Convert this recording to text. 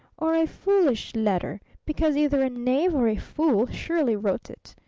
or a foolish letter. because either a knave or a fool surely wrote it!